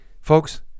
Folks